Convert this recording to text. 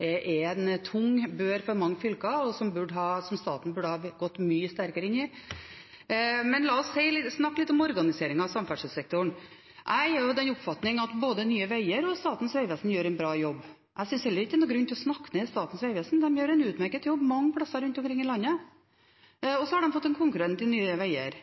en tung bør for mange fylker, og som staten burde ha gått mye sterkere inn i. Men la oss snakke litt om organiseringen av samferdselssektoren. Jeg er av den oppfatning at både Nye Veier og Statens vegvesen gjør en bra jobb. Jeg syns heller ikke det er noen grunn til å snakke ned Statens vegvesen. De gjør en utmerket jobb mange plasser rundt omkring i landet. Så har de fått en konkurrent i Nye Veier.